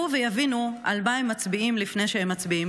ויבינו על מה הם מצביעים לפני שהם מצביעים.